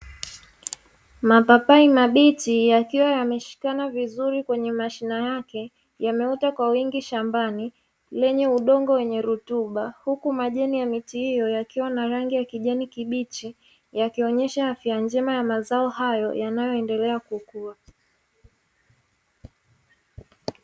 Mapapai mabichi yakiwa yameshikana vizuri kwenye mashina yake yameota kwa wingi shambani, lenye udongo wenye rutuba, huku majani ya miti hiyo yakiwa na rangi ya kijani kibichi yakionyesha afya njema ya mazao hayo yanayoendelea kukua.